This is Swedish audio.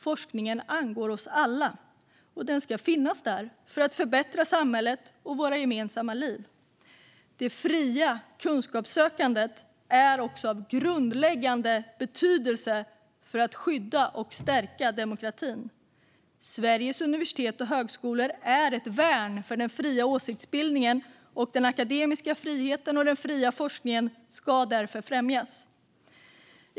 Forskningen angår oss alla, och den ska finnas på plats för att förbättra samhället och våra gemensamma liv. Det fria kunskapssökandet är också av grundläggande betydelse för att skydda och stärka demokratin. Sveriges universitet och högskolor är ett värn för den fria åsiktsbildningen, och den akademiska friheten och den fria forskningen ska därför främjas.